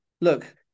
Look